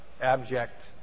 abject